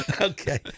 okay